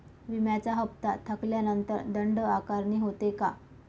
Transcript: विम्याचा हफ्ता थकल्यानंतर दंड आकारणी होते का?